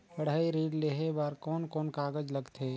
पढ़ाई ऋण लेहे बार कोन कोन कागज लगथे?